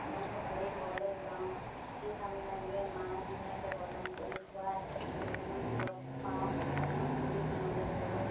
বন্ধ পালেই ঘৰলৈ যাওঁ থাকি ভাল লাগে মায়ে ধুনীয়াকৈ বনাই কৰি খোৱাই ঘৰৰ মানুহ লগ পাওঁ অকণমান হাঁহি ধেমালি কৰোঁ